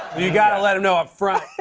you got to let them know up front.